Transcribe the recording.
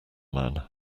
man